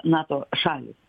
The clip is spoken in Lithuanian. nato šalys